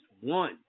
one